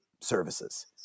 services